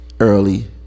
Early